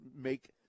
make